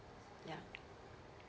ya